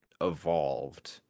evolved